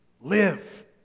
live